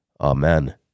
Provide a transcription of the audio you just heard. amen